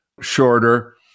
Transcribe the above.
shorter